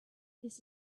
this